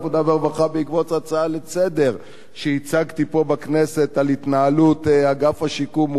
בעקבות הצעה לסדר-היום שהצגתי פה בכנסת על התנהלות אגף השיקום מול הנכים.